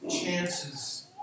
chances